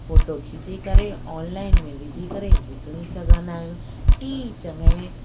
photo खिचे करे online में विझी करे विकिणी सघंदा आहियूं तीअं ई चङे